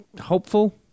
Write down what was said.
hopeful